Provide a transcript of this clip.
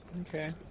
Okay